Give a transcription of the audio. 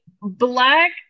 Black